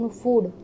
food